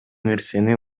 нерсени